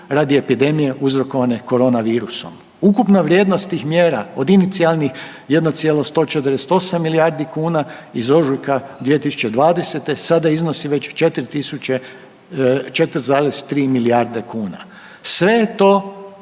radi epidemije uzrokovane korona virusom. Ukupna vrijednost tih mjera od inicijalnih 1,148 milijardi kuna iz ožujka 2020. sada iznosi već 4,3 milijarde kuna. Sve je to